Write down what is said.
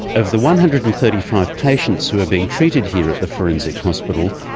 of the one hundred and thirty five patients who are being treated here at the forensic hospital,